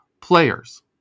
players